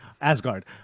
Asgard